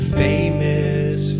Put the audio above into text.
famous